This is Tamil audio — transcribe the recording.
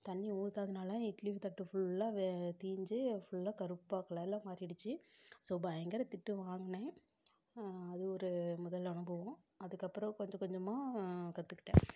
தண்ணி ஊற்றாதனால இட்லி தட்டு ஃபுல்லாகவே தீஞ்சு ஃபுல்லாக கருப்பாக கலரில் மாறிடுச்சு ஸோ பயங்கர திட்டு வாங்கினேன் அது ஒரு முதல் அனுபவம் அதுக்கப்புறம் கொஞ்சம் கொஞ்சமாக கற்றுக்கிட்டேன்